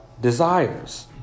desires